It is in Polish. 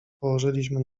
położyliśmy